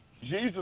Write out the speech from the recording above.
Jesus